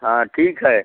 हाँ ठीक है